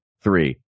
three